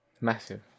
Massive